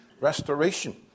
restoration